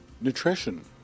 nutrition